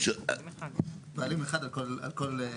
בעלים אחד על כל.